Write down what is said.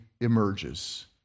emerges